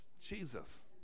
Jesus